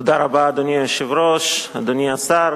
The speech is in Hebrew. תודה רבה, אדוני היושב-ראש, אדוני השר,